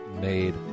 made